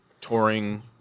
touring